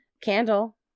candle